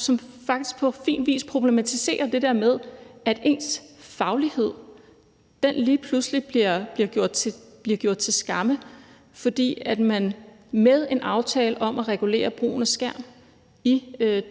som faktisk på fin vis problematiserer det der med, at ens faglighed lige pludselig bliver gjort til skamme, fordi man med en aftale om at regulere brugen af skærm i